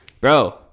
Bro